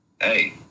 Hey